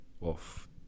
off